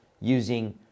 using